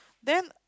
then